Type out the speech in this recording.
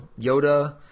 Yoda